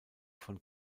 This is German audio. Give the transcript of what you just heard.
von